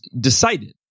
decided